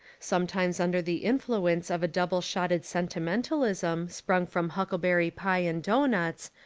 sometimes under the influence of a double shotted sentimentalism sprung from huckle berry pie and doughnuts,